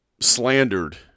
slandered